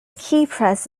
keypress